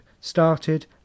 Started